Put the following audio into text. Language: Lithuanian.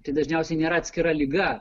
tai dažniausiai nėra atskira liga